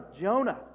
Jonah